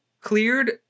cleared